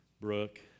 Brooke